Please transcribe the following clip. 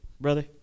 brother